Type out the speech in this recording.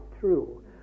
true